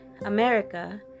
america